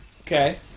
Okay